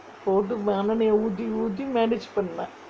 போட்டு மண்ணெண்ணெயே ஊத்தி ஊத்தி:pottu mannennaiyae oothi oothi manage பண்ணேன்:pannaen